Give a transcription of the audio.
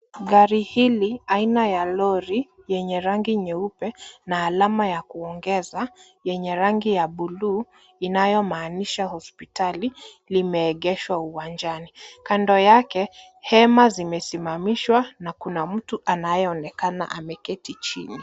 Gari hili, aina ya lori yenye rangi nyeupe na alama ya kuongeza, yenye rangi ya buluu, inayomaanaisha hospitali, limeegeshwa uwanjani. Kando yake, hema zimesimamishwa na kuna mtu anayeonekana ameketi chini.